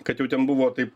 kad jau ten buvo taip